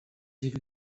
élu